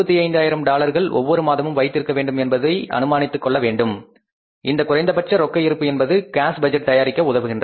25 ஆயிரம் டாலர்கள் ஒவ்வொரு மாதமும் வைத்திருக்க வேண்டும் என்பதை அனுமானித்துக் கொள்ள வேண்டும் இந்த குறைந்தபட்ச ரொக்க இருப்பு என்பது காஸ் பட்ஜெட் தயாரிக்க உதவுகின்றது